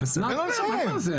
הוא לא נותן לי לדבר.